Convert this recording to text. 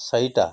চাৰিটা